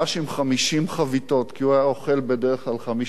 כי הוא היה אוכל בדרך כלל 50 חביתות במכה אחת,